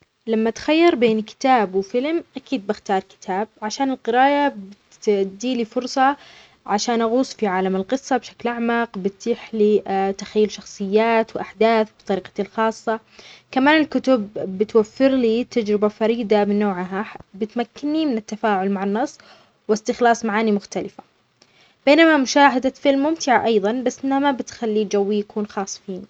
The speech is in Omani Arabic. لما تخير بين كتاب وفيلم أكيد بختار كتاب عشان القراءة بتديلي فرصة عشان أغوص في عالم القصة بشكل أعمق بتيح لي تخيل شخصيات وأحداث بطريقتي الخاصة كمان الكتب بتوفر لي تجربة فريدة من نوعها، ح -بتمكني من التفاعل مع النص واستخلاص معاني مختلفة، بينما مشاهدة فيلم ممتعة أيضا، بس ما بتخلي جوي يكون خاص فيني.